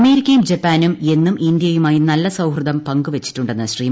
അമേരിക്കയും ജപ്പാനും എന്നും ഇന്ത്യയുമായി നല്ല സൌഹൃദം പങ്കുവെച്ചിട്ടുണ്ടെന്ന് ശ്രീ